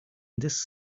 this